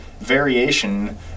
variation